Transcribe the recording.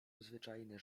zwyczajny